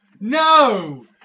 No